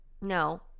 No